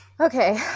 Okay